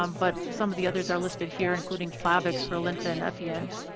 um but some of the others are listed here including plavix, brillinta, and effient.